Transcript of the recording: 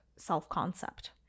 self-concept